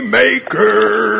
maker